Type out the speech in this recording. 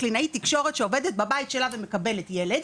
קלינאית תקשורת שעובדת בבית שלה ומקבלת ילד.